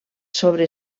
sobre